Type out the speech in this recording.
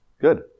Good